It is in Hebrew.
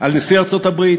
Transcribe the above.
על נשיא ארצות-הברית,